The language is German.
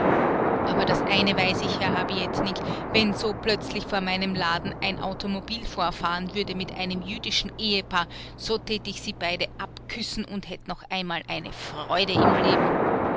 aber das eine weiß ich herr habietnik wenn so plötzlich vor meinem laden ein automobil vorfahren würde mit einem jüdischen ehepaar so tät ich sie beide abküssen und hätt noch einmal eine freude am leben